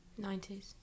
90s